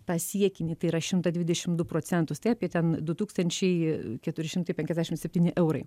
tą siekinį tai yra šimtą dvidešim du procentus tai apie ten du tūkstančiai keturi šimtai penkiasdešim septyni eurai